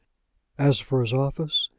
as for his office,